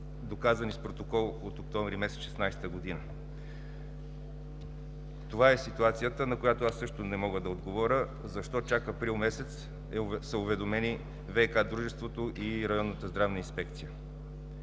доказани с протокол от октомври месец 2016 г. Това е ситуацията, на която аз също не мога да отговоря, защо чак април месец са уведомени ВиК дружеството и Районната здравна инспекция.